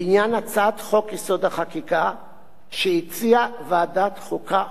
בעניין הצעת חוק-יסוד: החקיקה שהציעה ועדת החוקה,